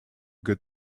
good